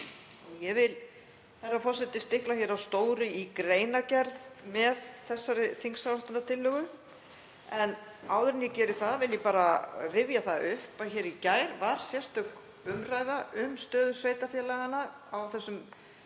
Ég vil stikla á stóru í greinargerð með þessari þingsályktunartillögu. En áður en ég geri það vil ég rifja það upp að í gær var sérstök umræða um stöðu sveitarfélaganna á þessum